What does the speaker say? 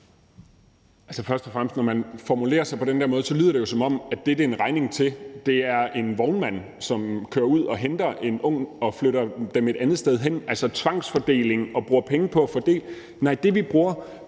først og fremmest sige, at når man formulerer sig på den der måde, så lyder det jo, som om der skal betales en regning fra en vognmand, som kører ud og henter de unge og flytter dem et andet sted hen – altså udfører tvangsfordeling og bruger penge på det. Nej, det, vi bruger